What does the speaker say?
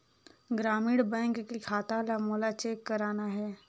ग्रामीण बैंक के खाता ला मोला चेक करना हे?